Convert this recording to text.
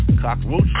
cockroach